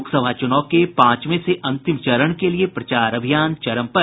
लोकसभा चुनाव के पांचवे से अंतिम चरण के लिये प्रचार अभियान चरम पर